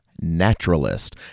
Naturalist